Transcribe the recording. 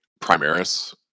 Primaris